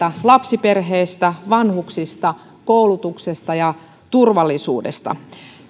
lapsiperheistä vanhuksista koulutuksesta ja turvallisuudesta